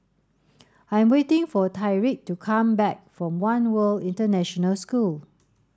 I am waiting for Tyrik to come back from One World International School